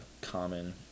common